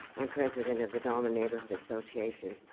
i'm president of the dahlman neighborhood association.